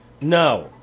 No